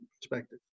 perspective